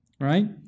right